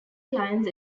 clients